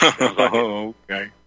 Okay